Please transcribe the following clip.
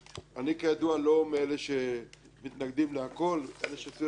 אני לא מאלה שמתנגדים לכול אלה שיושבים סביב השולחן,